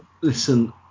listen